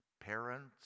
parents